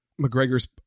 McGregor's